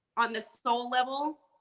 on the soul level?